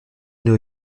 new